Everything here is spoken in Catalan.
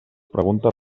preguntes